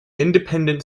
independent